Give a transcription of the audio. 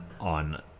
on